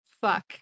Fuck